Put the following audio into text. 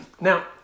Now